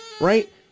right